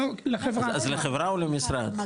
אז לחברה, או למשרד?